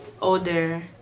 older